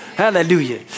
Hallelujah